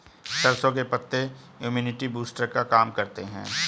सरसों के पत्ते इम्युनिटी बूस्टर का काम करते है